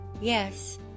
Yes